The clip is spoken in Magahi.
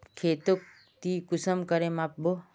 खेतोक ती कुंसम करे माप बो?